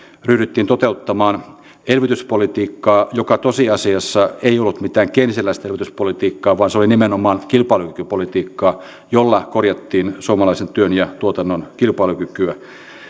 ryhdyttiin toteuttamaan elvytyspolitiikkaa joka tosiasiassa ei ollut mitään keynesiläistä elvytyspolitiikkaa vaan se oli nimenomaan kilpailukykypolitiikkaa jolla korjattiin suomalaisen työn ja tuotannon kilpailukykyä